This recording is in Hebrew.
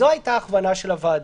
זו הייתה ההכוונה של הוועדה.